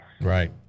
Right